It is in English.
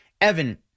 Evan